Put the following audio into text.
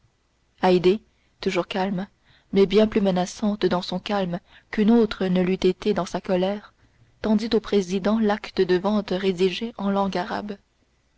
toujours calme mais bien plus menaçante dans son calme qu'une autre ne l'eût été dans sa colère tendit au président l'acte de vente rédigé en langue arabe